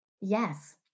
Yes